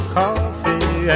coffee